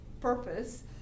purpose